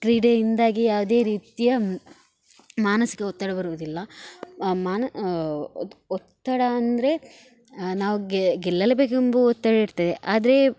ಕ್ರೀಡೆಯಿಂದಾಗಿ ಯಾವುದೇ ರೀತಿಯ ಮಾನಸಿಕ ಒತ್ತಡ ಬರುವುದಿಲ್ಲ ಮಾನ ಒತ್ತಡ ಅಂದರೆ ನಾವು ಗೆಲ್ಲಲೇ ಬೇಕೆಂಬುವ ಒತ್ತಡ ಇರ್ತದೆ ಆದರೆ